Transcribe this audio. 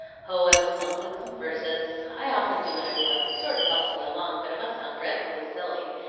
oh, i was mumbling some verses. i often do when i work, it sort of helps me along but it must sound dreadfully silly,